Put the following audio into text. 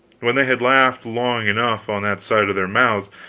when they had laughed long enough on that side of their mouths,